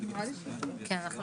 14:38.